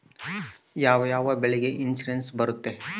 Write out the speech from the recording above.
ಯಾವ ಯಾವ ಬೆಳೆಗೆ ಇನ್ಸುರೆನ್ಸ್ ಬರುತ್ತೆ?